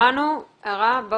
שמענו הערה.